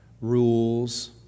rules